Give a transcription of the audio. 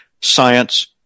Science